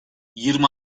yirmi